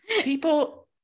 People